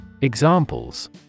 Examples